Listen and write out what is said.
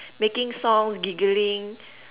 making songs giggling